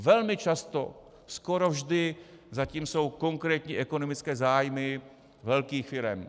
Velmi často, skoro vždy za tím jsou konkrétní ekonomické zájmy velkých firem.